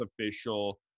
official